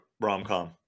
rom-com